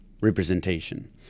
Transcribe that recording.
representation